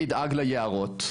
מי ידאג לנהרות,